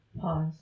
Pause